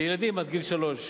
לילדים עד גיל שלוש.